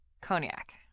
Cognac